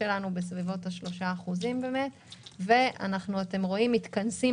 שלנו בסביבות 3%. אתם רואים שאנחנו מתכנסים